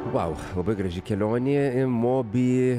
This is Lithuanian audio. vau labai graži kelionė į moby